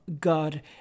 God